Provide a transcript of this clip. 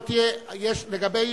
אדוני